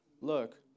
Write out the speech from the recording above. Look